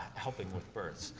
helping with births.